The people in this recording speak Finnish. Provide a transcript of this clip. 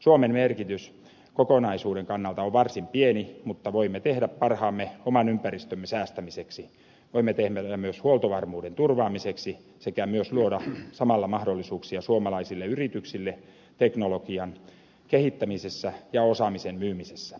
suomen merkitys kokonaisuuden kannalta on varsin pieni mutta voimme tehdä parhaamme oman ympäristömme säästämiseksi voimme tehdä myös huoltovarmuuden turvaamiseksi sekä myös luoda samalla mahdollisuuksia suomalaisille yrityksille teknologian kehittämisessä ja osaamisen myymisessä